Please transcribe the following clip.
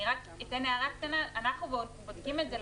אני רק אתן הערה קטנה: אנחנו בודקים את זה על